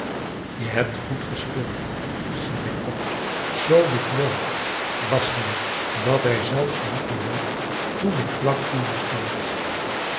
je hebt goed gespeeld si bengkok zoo bedwelmd was hij dat hij zelfs niet bewoog toen ik vlak voor hem stond